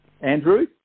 Andrew